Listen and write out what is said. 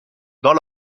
dans